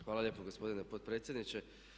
Hvala lijepo gospodine potpredsjedniče.